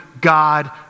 God